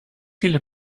viele